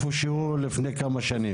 לפני כמה שנים.